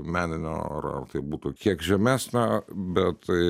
meninio tai būtų kiek žemesnė bet tai